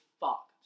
fuck